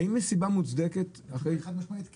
האם יש סיבה מוצדקת --- חד משמעית כן.